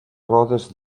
rodes